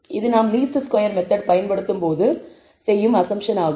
இது நாம் least square method பயன்படுத்தும் போது நாம் செய்யும் அஸம்ப்ஷன் ஆகும்